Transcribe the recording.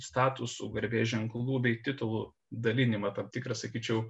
statusų garbės ženklų bei titulų dalinimą tam tikrą sakyčiau